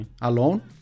alone